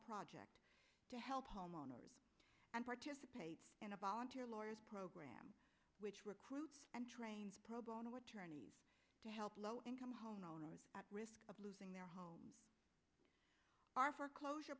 project to help homeowners and participate in a volunteer lawyers program which recruit and train pro bono attorneys to help low income earners at risk of losing their homes are foreclosure